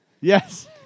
Yes